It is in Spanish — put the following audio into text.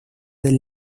del